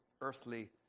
earthly